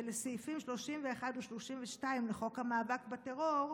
ועל סעיפים 31 ו-32 לחוק המאבק בטרור,